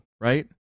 right